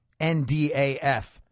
NDAF